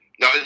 No